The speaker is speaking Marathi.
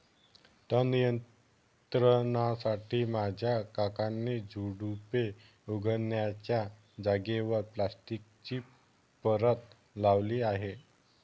तण नियंत्रणासाठी माझ्या काकांनी झुडुपे उगण्याच्या जागेवर प्लास्टिकची परत लावली आहे